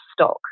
stock